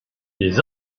les